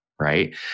right